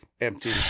empty